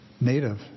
native